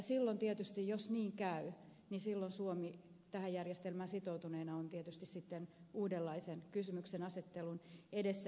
silloin tietysti jos niin käy suomi tähän järjestelmään sitoutuneena on tietysti sitten uudenlaisen kysymyksenasettelun edessä